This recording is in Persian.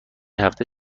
هفته